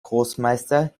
großmeister